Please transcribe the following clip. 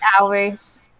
hours